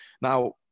Now